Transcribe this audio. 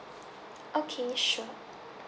okay sure